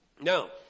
Now